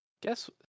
Guess